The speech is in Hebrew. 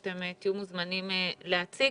אתם מוזמנים להציג.